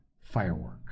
firework